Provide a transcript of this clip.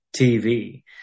TV